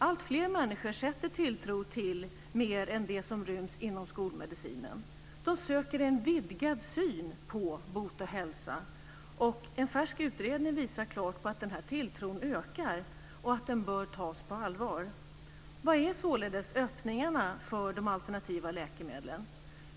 Alltfler människor sätter tilltro till mer än det som ryms inom skolmedicinen. De söker en vidgad syn på bot och hälsa. En färsk utredning visar klart att den här tilltron ökar och att den bör tas på allvar. Var är således öppningarna för de alternativa läkemedlen?